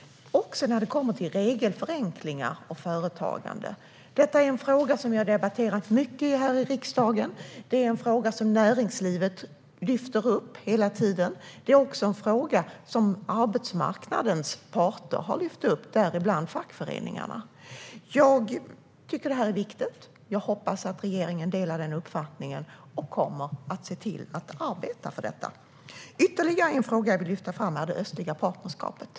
Regelförenklingar och företagande är frågor som vi har debatterat mycket här i riksdagen. Det är en fråga som näringslivet lyfter upp hela tiden, och det är också en fråga som arbetsmarknadens parter har lyft upp, däribland fackföreningarna. Jag tycker att det här är viktigt, och jag hoppas att regeringen delar den uppfattningen och kommer att arbeta för detta. Ytterligare en fråga som jag vill lyfta fram handlar om det östliga partnerskapet.